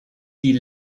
die